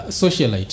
socialite